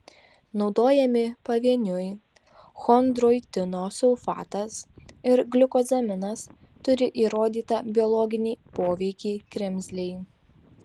naudojami pavieniui chondroitino sulfatas ir gliukozaminas turi įrodytą biologinį poveikį kremzlei